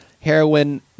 heroin